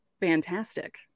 fantastic